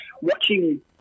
watching